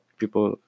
people